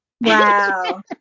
Wow